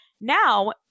Now